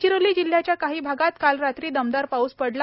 गडचिरोली जिल्ह्याच्या काही भागात काल रात्री दमदार पाऊस पडला